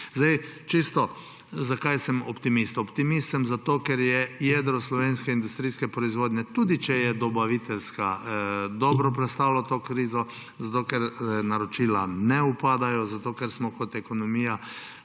ne moremo. Zakaj sem optimist? Optimist sem zato, ker je jedro slovenske industrijske proizvodnje, tudi če je dobaviteljska, dobro prestalo to krizo, ker naročila ne upadajo, ker smo kot ekonomija